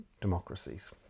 democracies